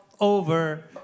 over